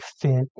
fit